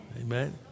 Amen